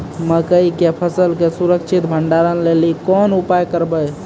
मकई के फसल के सुरक्षित भंडारण लेली कोंन उपाय करबै?